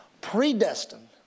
predestined